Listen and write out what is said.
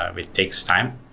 um it takes time.